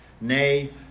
Nay